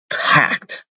packed